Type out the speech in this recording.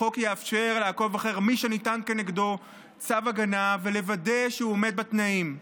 החוק יאפשר לעקוב אחרי מי שנטען כנגדו צו הגנה ולוודא שהוא עומד בתנאים.